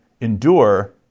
Endure